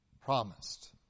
promised